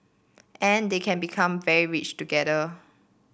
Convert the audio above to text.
and they can become very rich together